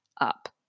up